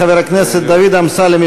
חבר הכנסת דוד אמסלם,